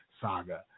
Saga